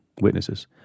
witnesses